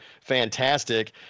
fantastic